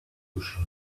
bouchon